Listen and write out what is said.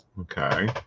okay